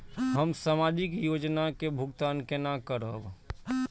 हम सामाजिक योजना के भुगतान केना करब?